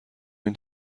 این